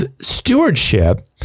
stewardship